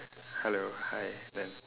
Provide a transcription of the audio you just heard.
hello hi then